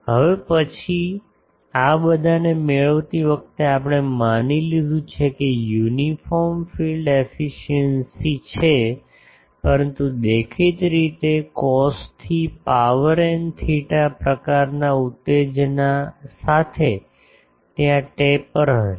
હવે પછી આ બધાને મેળવતી વખતે આપણે માની લીધું છે કે યુનિફોર્મ ફિલ્ડ એફિસિએંસી છે પરંતુ દેખીતી રીતે કોસથી પાવર એન થેટા પ્રકારના ઉત્તેજના સાથે ત્યાં ટેપર હશે